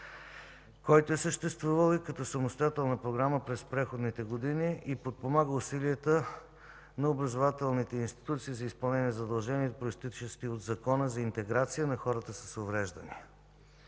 който е съществувал и като самостоятелна програма през преходните години и подпомага усилията на образователните институции за изпълнение на задълженията, произтичащи от Закона за интеграция на хората с увреждания.